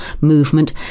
movement